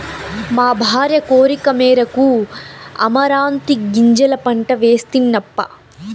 మా భార్య కోరికమేరకు అమరాంతీ గింజల పంట వేస్తినప్పా